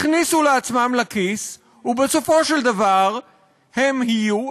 הכניסו לעצמם לכיס ובסופו של דבר הם יהיו,